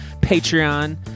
Patreon